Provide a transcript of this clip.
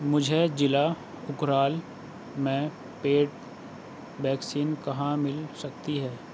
مجھے جلع اکرال میں پیڈ ویکسین کہاں مل سکتی ہے